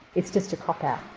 it's just a copout.